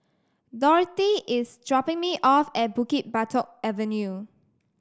Dorthy is dropping me off at Bukit Batok Avenue